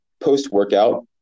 post-workout